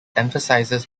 emphasizes